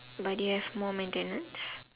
but do you have more maintenance